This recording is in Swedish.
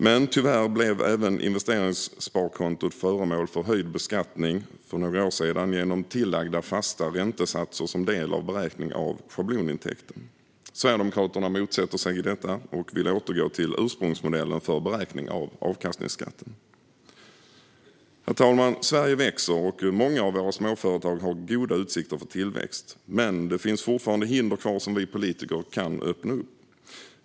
Men tyvärr blev även investeringssparkontot för några år sedan föremål för höjd beskattning genom tillagda fasta räntesatser som en del av beräkningen av schablonintäkten. Sverigedemokraterna motsätter sig detta och vill återgå till ursprungsmodellen för beräkning av avkastningsskatten. Herr talman! Sverige växer, och många av våra småföretag har goda utsikter för tillväxt. Men det finns fortfarande hinder kvar som vi politiker kan undanröja.